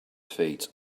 feet